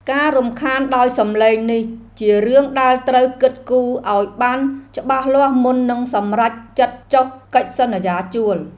ការរំខានដោយសំឡេងនេះជារឿងដែលត្រូវគិតគូរឱ្យបានច្បាស់លាស់មុននឹងសម្រេចចិត្តចុះកិច្ចសន្យាជួល។